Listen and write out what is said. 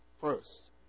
first